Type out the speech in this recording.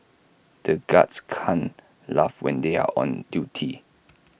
the guards can't laugh when they are on duty